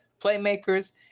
playmakers